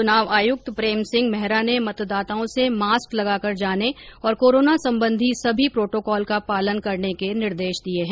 चुनाव आयुक्त प्रेम सिंह मेहरा ने मतदाताओं से मास्क लगाकर जाने और कोरोना संबंधी सभी प्रोटोकोल का पालन करने के निर्देश दिये है